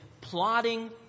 plotting